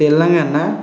Telangana